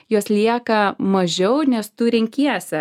jos lieka mažiau nes tu renkiesi